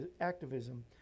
activism